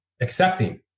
accepting